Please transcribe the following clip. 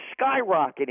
skyrocketing